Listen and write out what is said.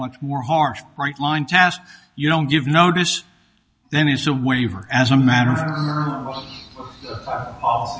much more harsh bright line task you don't give notice then is a waiver as a matter of